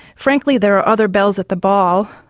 frankly, there are other belles at the ball,